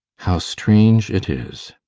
how strange it is.